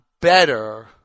better